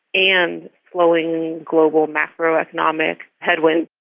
and slowing global macroeconomic headwinds.